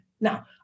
Now